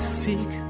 seek